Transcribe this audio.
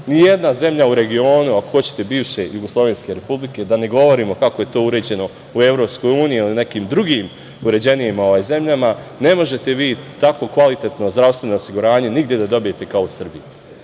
Nijedna zemlja u regionu, ako hoćete bivše jugoslovenske Republike, da ne govorimo kako je to uređeno u EU ili nekim drugim uređenijim zemljama, ne možete vi tako kvalitetno zdravstveno osiguranje nigde da dobijete kao u Srbiji.